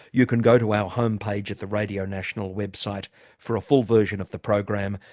you can go to our homepage at the radio national website for a full version of the program.